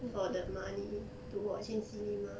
for that money to watch in cinema